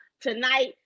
tonight